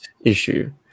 issue